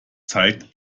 zeit